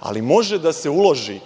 Ali može da se uloži